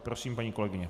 Prosím, paní kolegyně.